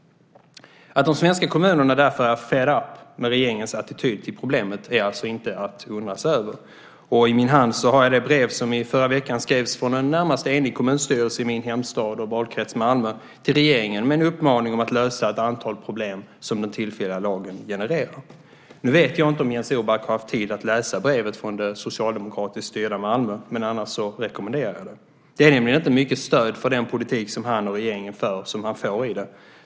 Att de svenska kommunerna därför är fed-up med regeringens attityd till problemet är alltså inte att förundra sig över. I min hand har jag det brev som i förra veckan skrevs från en närmast enig kommunstyrelse i min hemstad och valkrets Malmö till regeringen med en uppmaning att lösa ett antal problem som den tillfälliga lagen genererar. Nu vet jag inte om Jens Orback har haft tid att läsa brevet från det socialdemokratiskt styrda Malmö, annars rekommenderar jag det. Det är nämligen inte mycket stöd för den politik som han och regeringen fört som han får i det.